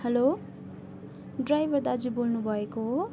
hello driver दाजु बोल्नु भएको हो